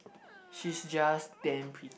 she's just damn pretty